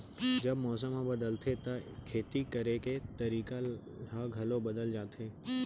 जब मौसम ह बदलथे त खेती करे के तरीका ह घलो बदल जथे?